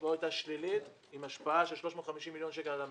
שפה הייתה שלילית עם השפעה של 350 מיליון שקל על המשק,